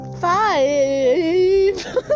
Five